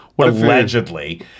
Allegedly